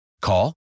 Call